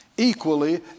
Equally